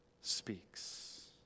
speaks